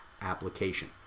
application